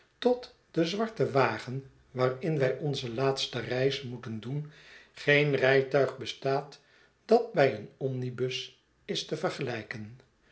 tot den zwarten wagen waarin wij onze laatste reis moeten doen geen rijtuig bestaat dat bij een omnibus is te vergelijken